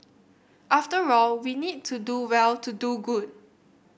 after all we need to do well to do good